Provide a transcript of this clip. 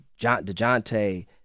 DeJounte